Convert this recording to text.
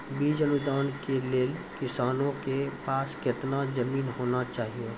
बीज अनुदान के लेल किसानों के पास केतना जमीन होना चहियों?